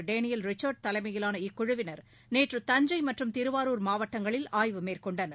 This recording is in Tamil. டேனியல் ரிச்சர்ட் தலைமையிலான இக்குழுவினர் நேற்று தஞ்சைமற்றும் திருவாரூர் மாவட்டங்களில் ஆய்வு மேற்கொண்டனர்